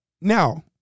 Now